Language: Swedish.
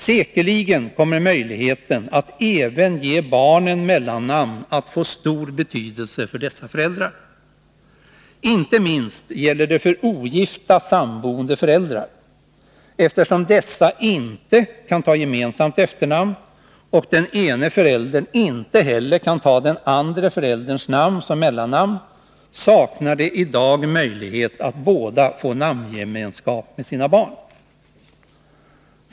Säkerligen kommer möjligheten att även ge barnen mellannamn att få stor betydelse för dessa föräldrar. Inte minst gäller detta för ogifta sammanboende föräldrar. Eftersom dessa inte kan ta gemensamt efternamn och den ene föräldern inte heller kan ta den andre förälderns namn som mellannamn saknar de i dag möjlighet att båda få namngemenskap med sina barn.